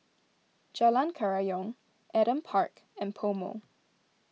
Jalan Kerayong Adam Park and PoMo